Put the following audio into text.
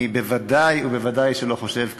אני בוודאי ובוודאי לא חושב כך.